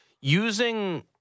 using